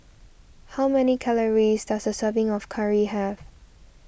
how many calories does a serving of Curry have